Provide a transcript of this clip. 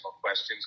questions